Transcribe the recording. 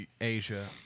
Asia